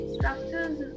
Structures